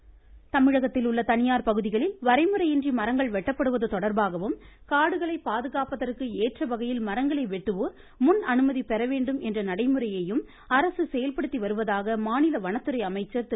கவனா்ப்பு தமிழகத்தில் உள்ள தனியார் பகுதிகளில் வரைமுறையின்றி மரங்கள் வெட்டப்படுவது தொடர்பாகவும் காடுகளை பாதுகாப்பதற்கு ஏற்றவகையில் மரங்களை வெட்டுவோர் முன் அனுமதி பெற வேண்டும் என்ற நடைமுறையையும் அரசு செயல்படுத்தி வருவதாக மாநில வனத்துறை அமைச்சர் திரு